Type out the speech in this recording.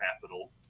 capital